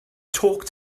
talk